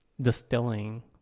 distilling